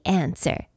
answer